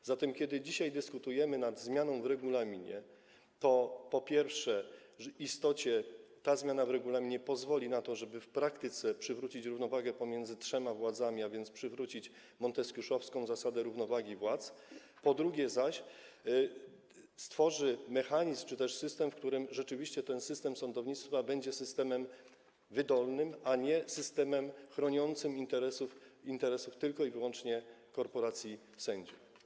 A zatem kiedy dzisiaj dyskutujemy nad zmianą w regulaminie, to po pierwsze, w istocie ta zmiana w regulaminie pozwoli na to, żeby w praktyce przywrócić równowagę pomiędzy trzema władzami, a więc przywrócić monteskiuszowską zasadę równowagi władz, po drugie zaś, stworzy mechanizm czy też przyczyni się do tego, że rzeczywiście ten system sądownictwa będzie systemem wydolnym, a nie systemem chroniącym interesy tylko i wyłącznie korporacji sędziów.